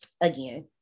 again